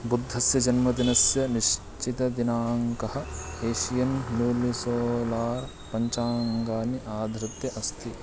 बुद्धस्य जन्मदिनस्य निश्चितदिनाङ्कः Asian lunisolar पञ्चाङ्गानि आधृत्य अस्ति